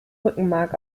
rückenmark